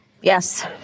Yes